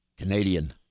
Canadian